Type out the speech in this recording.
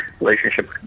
relationship